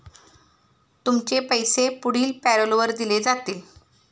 तुमचे पैसे पुढील पॅरोलवर दिले जातील